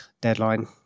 deadline